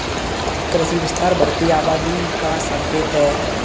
कृषि विस्तार बढ़ती आबादी का संकेत हैं